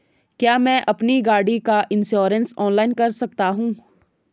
क्या मैं अपनी गाड़ी का इन्श्योरेंस ऑनलाइन कर सकता हूँ?